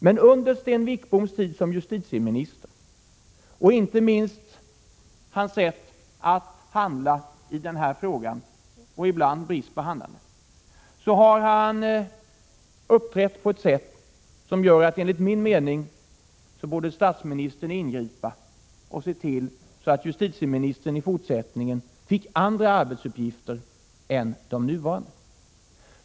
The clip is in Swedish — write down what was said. Men under Sten Wickboms tid som justitieminister, och inte minst när det gäller hans sätt att handla i den här frågan — och ibland hans brist på handlande — har han uppträtt på ett sätt som gör att enligt min mening statsministern borde ingripa och se till att justitieministern i fortsättningen fick andra arbetsuppgifter än de nuvarande.